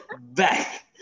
Back